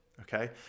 Okay